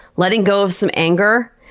letting go of some anger,